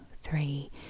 three